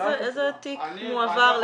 --- איזה תיק מועבר לאן?